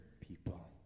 people